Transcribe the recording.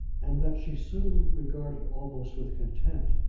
and that she soon regarded, almost with contempt,